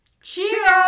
cheers